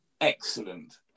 excellent